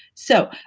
so,